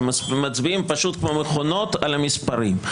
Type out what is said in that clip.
הם מצביעים פשוט כמו מכונות על המספרים.